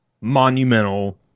monumental